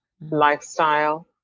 lifestyle